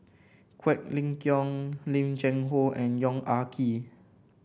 Quek Ling Kiong Lim Cheng Hoe and Yong Ah Kee